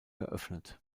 geöffnet